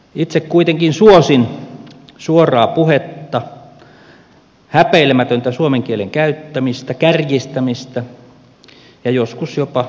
itse kuitenkin suosin suoraa puhetta häpeilemätöntä suomen kielen käyttämistä kärjistämistä ja joskus jopa provosointiakin